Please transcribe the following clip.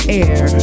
air